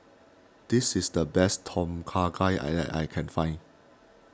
this is the best Tom Kha Gai I that I can find